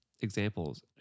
examples